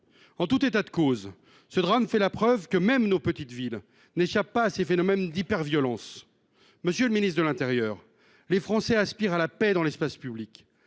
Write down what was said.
En tout état de cause, ce drame est la preuve que même nos petites villes n’échappent pas aux phénomènes d’hyperviolence. Monsieur le ministre de l’intérieur, les Français aspirent à la paix dans l’espace public.